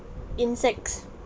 insects